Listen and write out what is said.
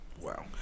Wow